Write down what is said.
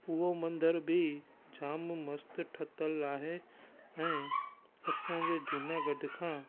उहो मंदर बि जाम मस्त ठहियलु आहे ऐं असांजो जूनागढ़ खां